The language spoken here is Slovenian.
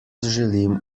želim